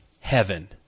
Heaven